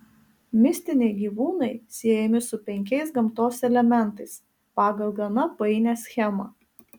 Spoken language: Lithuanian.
mistiniai gyvūnai siejami su penkiais gamtos elementais pagal gana painią schemą